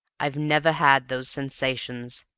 i've never had those sensations,